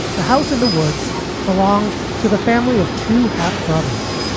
the house in the woods belonged to the family of two half brothers,